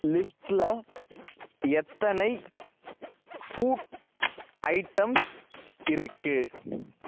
லிஸ்ட்டில் எத்தனை food items இருக்குது